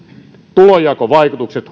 tulonjakovaikutukset